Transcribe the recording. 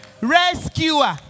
rescuer